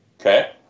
okay